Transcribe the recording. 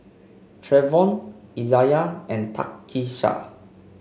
Treyvon Izayah and Takisha